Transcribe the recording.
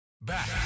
Back